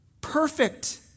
perfect